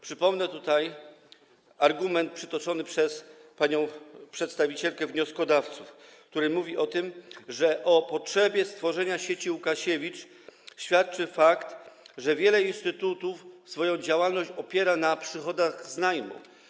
Przypomnę tutaj argument przytoczony przez przedstawicielkę wnioskodawców, który mówi o tym, że o potrzebie stworzenia sieci Łukasiewicz świadczy fakt, że wiele instytutów swoją działalność opiera na przychodach z najmu.